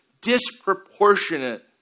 disproportionate